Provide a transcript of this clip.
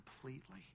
completely